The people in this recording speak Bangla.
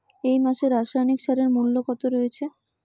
এই মাসে রাসায়নিক সারের মূল্য কত রয়েছে?